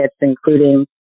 including